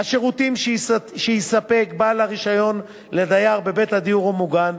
השירותים שיספק בעל הרשיון לדייר בבית הדיור המוגן,